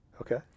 Okay